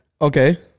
Okay